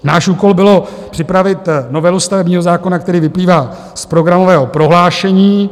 Náš úkol byl připravit novelu stavebního zákona, který vyplývá z programového prohlášení.